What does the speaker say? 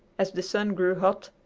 as the sun grew hot,